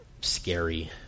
scary